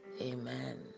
amen